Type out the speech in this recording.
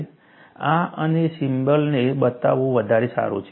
અને આ સિમ્બોલને બદલવું વધારે સારું છે